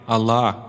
Allah